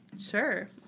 Sure